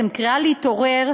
להתעורר,